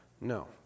no